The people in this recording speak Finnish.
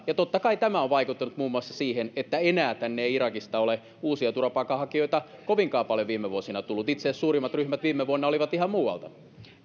ja totta kai tämä on vaikuttanut muun muassa siihen että enää tänne ei irakista ole uusia turvapaikanhakijoita kovinkaan paljon viime vuosina tullut itse asiassa suurimmat ryhmät viime vuonna olivat ihan muualta